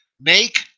Make